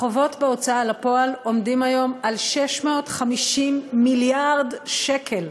החובות בהוצאה לפועל עומדים היום על 650 מיליארד שקל.